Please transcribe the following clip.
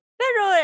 pero